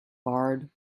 barred